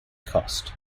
cost